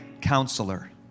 counselor